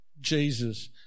Jesus